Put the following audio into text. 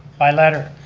by letter,